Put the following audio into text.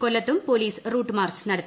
കൊല്ലത്തും police route march നടത്തി